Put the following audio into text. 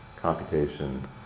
computation